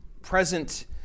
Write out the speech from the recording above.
present